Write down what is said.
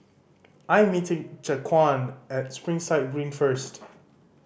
I am meeting Jaquan at Springside Green first